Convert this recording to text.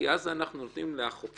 כי אז אנחנו נותנים לחוקר,